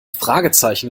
fragezeichen